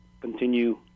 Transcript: continue